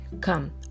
come